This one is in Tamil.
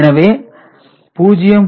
எனவே 0